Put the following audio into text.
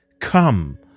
Come